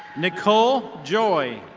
nicole joy.